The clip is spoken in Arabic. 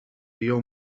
يوم